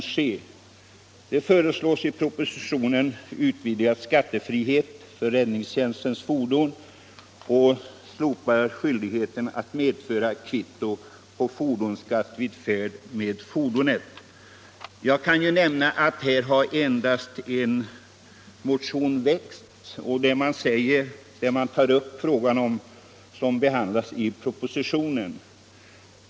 Det föreslås i propositionen utvidgad skauefrihet för räddningstjänstens fordon och slopad skyldighet att medföra kvitto på fordonsskatt vid färd med fordonet. Jag kan nämna att här endast en motion har väckts. Där tar man upp den fråga som behandlas vid propositionen.